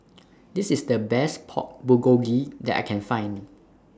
This IS The Best Pork Bulgogi that I Can Find